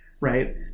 right